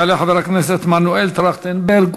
יעלה חבר הכנסת מנואל טרכטנברג,